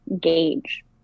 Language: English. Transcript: gauge